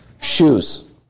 Shoes